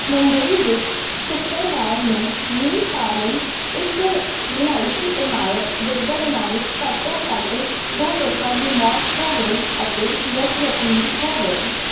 ਮੁੰਬਈ ਵਿਚ ਸ਼ੁੱਕਰਵਾਰ ਨੂੰ ਮੀਂਹ ਕਾਰਨ ਇਕ ਰਿਹਾਇਸ਼ੀ ਇਮਾਰਤ ਡਿੱਗਣ ਨਾਲ ਘੱਟੋ ਘੱਟ ਦੋ ਲੋਕਾਂ ਦੀ ਮੌਤ ਹੋ ਗਈ ਅਤੇ ਦਸ ਜ਼ਖਮੀ ਹੋ ਗਏ